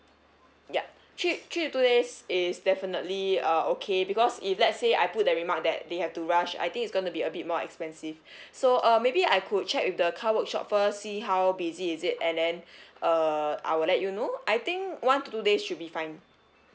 yup three three to two days is definitely uh okay because if let's say I put the remark that they have to rush I think it's gonna be a bit more expensive so uh maybe I could check with the car workshop first see how busy is it and then uh I will let you know I think one to two days should be fine